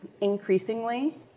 increasingly